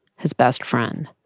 his best friend.